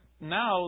now